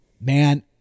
Man